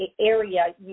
area